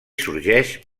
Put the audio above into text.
sorgeix